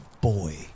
boy